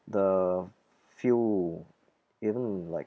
the few even like